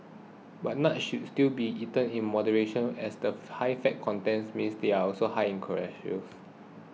but nuts should still be eaten in moderation as the high fat content means they are also high in calories